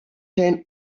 turned